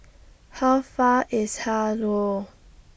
How Far IS Har Row